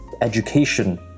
education